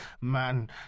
man